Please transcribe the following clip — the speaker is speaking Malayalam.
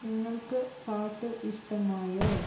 നിങ്ങൾക്ക് പാട്ട് ഇഷ്ടമായോ